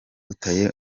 batuye